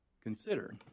Consider